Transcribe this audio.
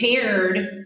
paired